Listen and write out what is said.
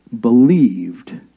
believed